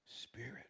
spirit